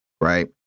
right